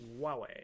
Huawei